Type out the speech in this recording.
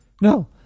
No